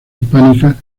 hispánica